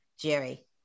Jerry